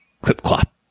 clip-clop